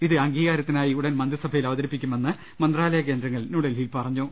ഇത് അംഗീകാരത്തിനായി ഉടൻ മന്ത്രിസഭയിൽ അവതരിപ്പി ക്കുമെന്ന് മന്ത്രാലയ കേന്ദ്രങ്ങൾ ന്യൂഡൽഹിയിൽ പറഞ്ഞു